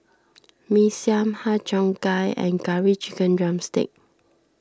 Mee Siam Har Cheong Gai and Curry Chicken Drumstick